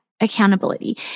accountability